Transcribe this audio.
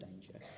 danger